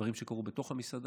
דברים שקרו בתוך המסעדה.